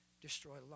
destroy